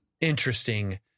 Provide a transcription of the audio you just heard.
interesting